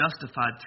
justified